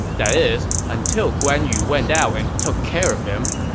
that is, until guan yu went out and took care of him.